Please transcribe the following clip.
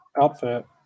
outfit